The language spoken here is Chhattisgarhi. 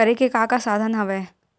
करे के का का साधन हवय?